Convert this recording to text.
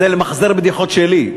זה למחזר בדיחות שלי.